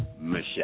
Michelle